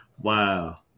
Wow